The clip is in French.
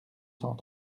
cent